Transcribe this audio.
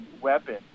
weapon